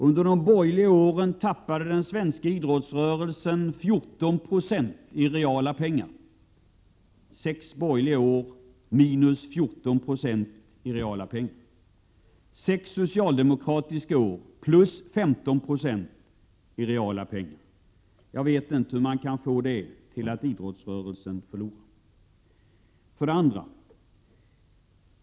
Under de borgerliga åren tappade den svenska idrottsrörelsen 14 96 i reala pengar. Under sex borgerliga år minus 14 96 i reala pengar; under sex socialdemokratiska år plus 15 Yo i reala pengar — jag vet inte hur man kan få det till att idrottsrörelsen förlorar.